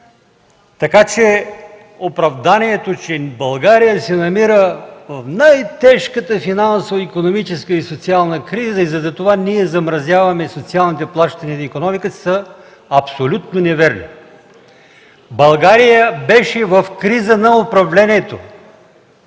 така че оправданието, че България се намира в най-тежката финансова, икономическа и социална криза и заради това ние замразяваме социалните плащания и икономиката са абсолютно неверни. България беше в криза на управлението,